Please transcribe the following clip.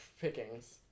pickings